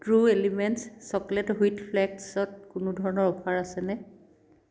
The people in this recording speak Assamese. ট্ৰু এলিমেণ্টছ্ চকলেট হুইট ফ্লেকছত কোনো ধৰণৰ অফাৰ আছেনে